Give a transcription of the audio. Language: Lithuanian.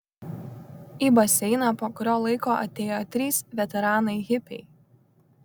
į baseiną po kurio laiko atėjo trys veteranai hipiai